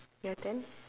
your turn